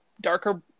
darker